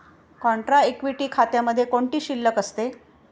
Contra equity खात्यामध्ये कोणती शिल्लक असते?